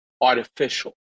artificial